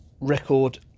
record